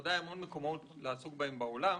המון מקומות להיות מועסקים בהם.